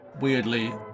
Weirdly